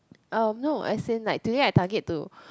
um no as in like today I target to